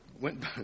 went